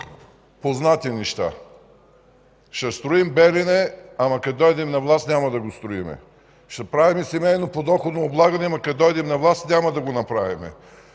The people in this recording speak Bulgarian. Познати неща: ще строим Белене, ама като дойдем на власт, няма да го строим; ще правим семейно подоходно облагане, ама като дойдем на власт, няма да го направим;